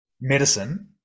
medicine